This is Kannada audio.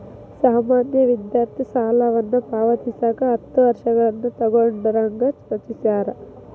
ಸಾಮಾನ್ಯ ವಿದ್ಯಾರ್ಥಿ ಸಾಲವನ್ನ ಪಾವತಿಸಕ ಹತ್ತ ವರ್ಷಗಳನ್ನ ತೊಗೋಣಂಗ ರಚಿಸ್ಯಾರ